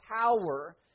power